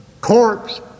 corpse